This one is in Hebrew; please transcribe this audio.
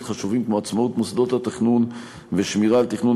חשובים כמו עצמאות מוסדות התכנון ושמירה על תכנון